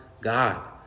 God